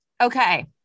Okay